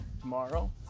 tomorrow